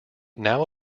now